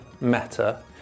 meta